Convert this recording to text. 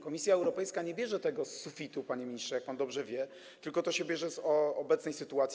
Komisja Europejska nie bierze tego z sufitu, panie ministrze, jak pan dobrze wie, tylko to się bierze z obecnej sytuacji.